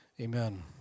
Amen